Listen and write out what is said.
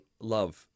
love